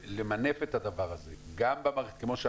למנף את הדבר הזה גם מה שאמרת,